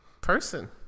person